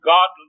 God